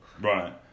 Right